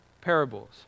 parables